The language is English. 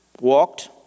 walked